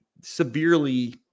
severely